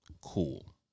Cool